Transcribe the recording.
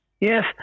Yes